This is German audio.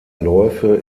läufe